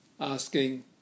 asking